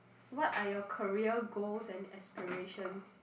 what are your career goals and aspirations